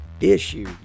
Issue